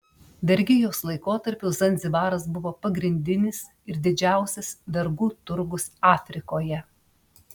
vergijos laikotarpiu zanzibaras buvo pagrindinis ir didžiausias vergų turgus afrikoje